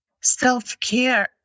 self-care